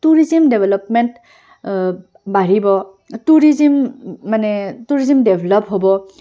tourism development বাঢ়িব tourism মানে tourism develop হ'ব